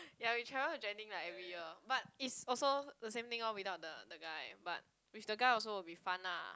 ya we travel to Genting like every year but it's also the same thing lor without the the guy but with the guy also will be fun lar